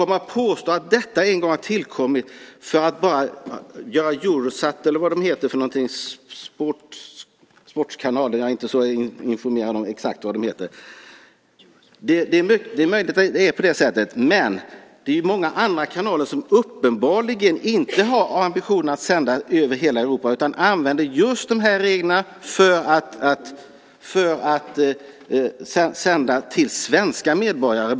Han påstår att detta en gång har tillkommit för att göra Eurosport och sådana sportkanaler tillgängliga, jag är inte informerad exakt om vad de heter. Det är möjligt att det är på det sättet. Men det är många andra kanaler som uppenbarligen inte har ambitionen att sända över hela Europa utan använder just dessa regler för att sända till enbart svenska medborgare.